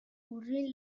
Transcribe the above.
urrin